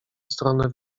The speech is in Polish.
stronę